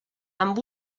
amb